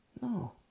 No